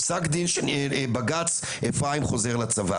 פסק דין של בג"צ "אפרים חוזר לצבא"